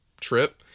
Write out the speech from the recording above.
trip